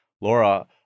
Laura